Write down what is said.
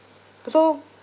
so